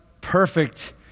perfect